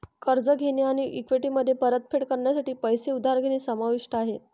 कर्ज घेणे आणि इक्विटीमध्ये परतफेड करण्यासाठी पैसे उधार घेणे समाविष्ट आहे